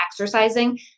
exercising